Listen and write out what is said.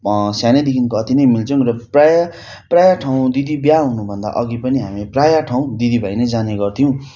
सानैदेखिको अति नै मिल्छौँ र प्रायः प्रायः ठाउँ दिदी बिहे हुनु भन्दा अघि पनि हामी प्रायः ठाउँ दिदी भाइ नै जाने गर्थ्यौँ